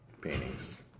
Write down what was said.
paintings